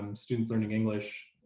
um students learning english.